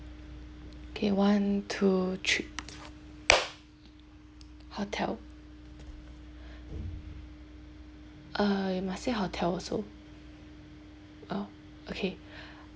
okay one two three hotel uh you must say hotel also oh okay